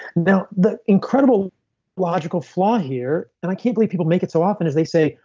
now, the incredible logical flaw here and i can't believe people make it so often is they say,